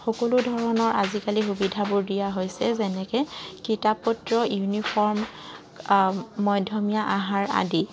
সকলো ধৰণৰ আজিকালি সুবিধাবোৰ দিয়া হৈছে যেনেকৈ কিতাপ পত্ৰ ইউনিফৰ্ম মধ্যমীয়া আহাৰ আদি